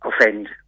offend